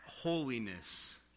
holiness